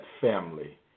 family